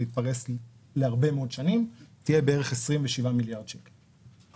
יתפרס להרבה מאוד שנים תהיה בערך 27 מיליארד שקל.